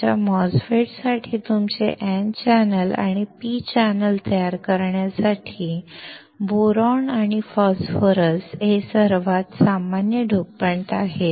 तुमच्या MOSFETs साठी तुमचे N चॅनेल आणि P चॅनेल तयार करण्यासाठी बोरॉन आणि फॉस्फरस हे सर्वात सामान्य डोपंट आहेत